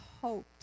hoped